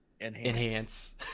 Enhance